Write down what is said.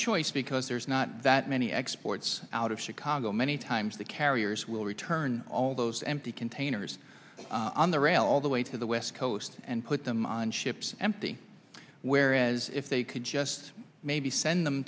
choice because there's not that many exports out of chicago many times the carriers will return all those empty containers on the rail all the way to the west coast and put them on ships empty whereas if they could just maybe send them